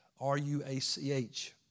R-U-A-C-H